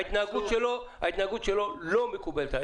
ההתנהגות שלו לא מקובלת עליי.